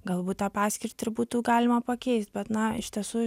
galbūt tą paskirtį ir būtų galima pakeist bet na iš tiesų